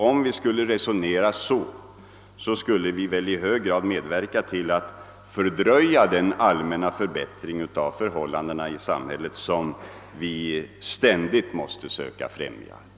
Om vi skulle vänta med angelägna reformer, skulle vi i hög grad medverka till att fördröja den allmänna förbättring av förhållandena i samhället som vi ständigt måste söka främja.